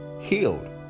healed